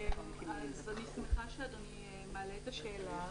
אני שמחה שאדוני מעלה את השאלה.